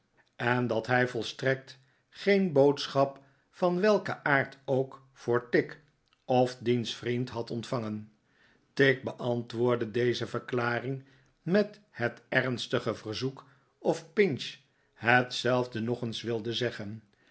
en dat hij volstrekt geen boodschap van welken aard ook voor tigg of diens vriend had ontvangen tigg beantwoordde deze verklaring met het ernstige verzoek of pinch hetzelfde nog eens wilde zeggen